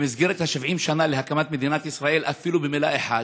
במסגרת 70 השנה להקמת מדינת ישראל אפילו במילה אחת,